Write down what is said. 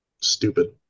stupid